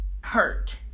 hurt